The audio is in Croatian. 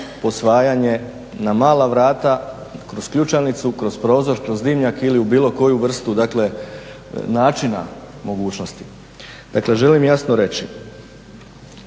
posvajanje na mala vrata kroz ključanicu, kroz prozor, kroz dimnjak ili u bilo koju vrstu načina mogućnosti. Dakle želim jasno reći